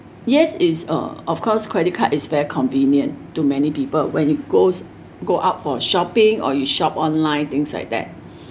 yes is uh of course credit card is very convenient to many people when it goes go out for shopping or you shop online things like that